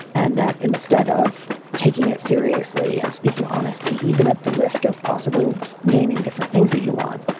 and that instead of taking it seriously and speaking honestly, even at the risk of possibly naming different things that you want.